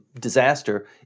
disaster